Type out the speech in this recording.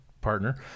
partner